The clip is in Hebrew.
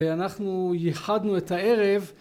‫ואנחנו ייחדנו את הערב.